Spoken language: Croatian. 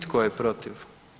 Tko je protiv?